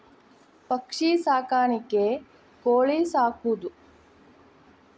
ಪಕ್ಷಿ ಸಾಕಾಣಿಕೆ ಕೋಳಿ ಸಾಕುದು